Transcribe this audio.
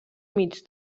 mig